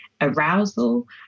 arousal